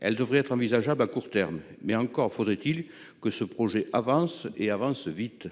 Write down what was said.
Elle devrait être envisageable, à court terme, mais encore faudrait-il que ce projet avance, et avance vite.